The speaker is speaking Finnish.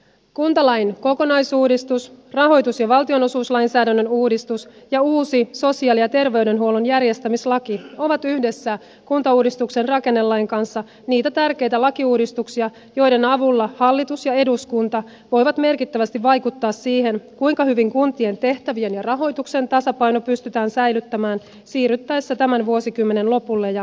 kuntalain kokonaisuudistus rahoitus ja valtionosuuslainsäädännön uudistus ja uusi sosiaali ja terveydenhuollon järjestämislaki ovat yhdessä kuntauudistuksen rakennelain kanssa niitä tärkeitä lakiuudistuksia joiden avulla hallitus ja eduskunta voivat merkittävästi vaikuttaa siihen kuinka hyvin kuntien tehtävien ja rahoituksen tasapaino pystytään säilyttämään siirryttäessä tämän vuosikymmenen lopulle ja ensi vuosikymmenelle